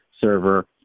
server